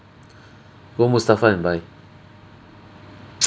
go mustafa and buy